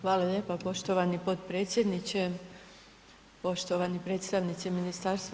Hvala lijepa poštovani potpredsjedniče, poštovani predstavnici MUP-a.